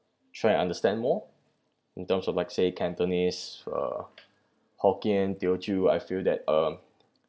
try and understand more in terms of like say cantonese uh hokkien teochew I feel that um